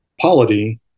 polity